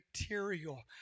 material